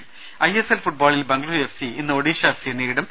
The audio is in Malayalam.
ദ്ദേ ഐ എസ് എൽ ഫുട്ബോളിൽ ബംഗളൂരു എഫ് സി ഇന്ന് ഒഡീഷ എഫ് സിയെ നേരിടും